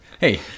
hey